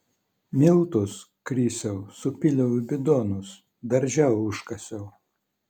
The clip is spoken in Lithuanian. miltus krisiau supyliau į bidonus darže užkasiau